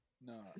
No